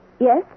Yes